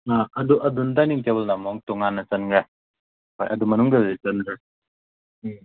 ꯑꯗꯨ ꯗꯥꯏꯅꯤꯡ ꯇꯦꯕꯜꯅ ꯑꯃꯨꯛ ꯇꯣꯉꯥꯟꯅ ꯆꯟꯈ꯭ꯔꯦ ꯍꯣꯏ ꯑꯗꯨ ꯃꯅꯨꯡꯗꯨꯗꯗꯤ ꯆꯟꯗ꯭ꯔꯦ ꯎꯝ